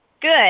Good